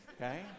okay